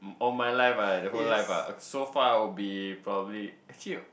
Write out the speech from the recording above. all my life ah the whole life ah so far would be probably actually